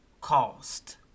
Cost